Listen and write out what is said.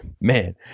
man